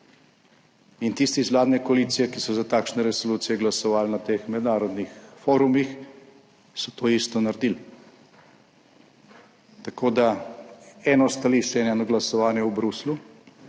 In tisti iz vladne koalicije, ki so za takšne resolucije glasovali na teh mednarodnih forumih, so to isto naredili. Eno je stališče in eno je glasovanje v Bruslju